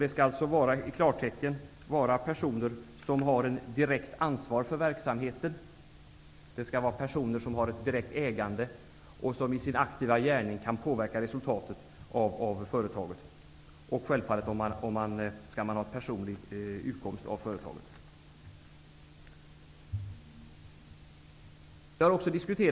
På klarspråk handlar det om personer som har ett direkt ansvar för verksamheten, personer som har ett direkt ägande och som i sin aktiva gärning kan påverka företagets resultat. Självfallet skall man ha personlig utkomst av företaget.